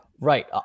Right